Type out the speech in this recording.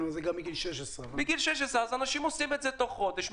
וזה גם מגיל 16. אנשים עושים את זה תוך חודש,